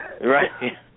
Right